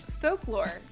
folklore